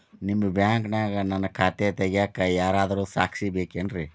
ನಿಮ್ಮ ಬ್ಯಾಂಕಿನ್ಯಾಗ ನನ್ನ ಖಾತೆ ತೆಗೆಯಾಕ್ ಯಾರಾದ್ರೂ ಸಾಕ್ಷಿ ಬೇಕೇನ್ರಿ?